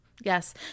Yes